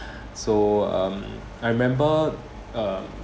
so um I remember uh